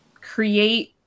create